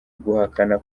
guhakana